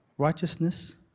Righteousness